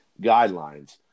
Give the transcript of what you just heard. guidelines